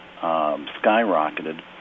skyrocketed